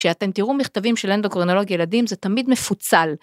כשאתם תראו מכתבים של אינדוקרונולוג ילדים זה תמיד מפוצל.